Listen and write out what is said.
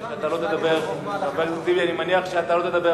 חבר הכנסת אחמד טיבי, נכון או לא נכון,